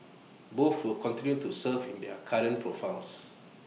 both will continue to serve in their current profiles